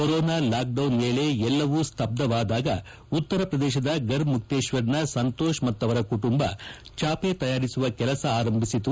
corona lockdown ವೇಳೆ ಎಲ್ಲವೂ ಸ್ತಬ್ಬವಾದಾಗ ಉತ್ತರ ಪ್ರದೇಶದ ಗರ್ಮುಕ್ತೇಶ್ವರ್ನ ಸಂತೋಷ್ ಮತ್ತವರ ಕುಟುಂಬ ಚಾಪೆ ತಯಾರಿಸುವ ಕೆಲಸ ಆರಂಭಿಸಿದರು